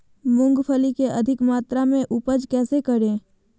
मूंगफली के अधिक मात्रा मे उपज कैसे करें?